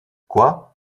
quoi